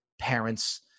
parents